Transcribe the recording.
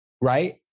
Right